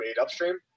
upstream